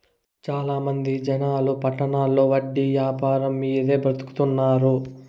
చాలా మంది జనాలు పట్టణాల్లో వడ్డీ యాపారం మీదే బతుకుతున్నారు